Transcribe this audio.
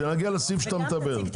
כשנגיע לסעיף שאתה מדבר,